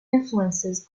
influences